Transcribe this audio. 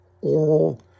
oral